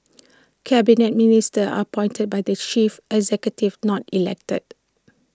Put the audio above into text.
Cabinet Ministers are appointed by the chief executive not elected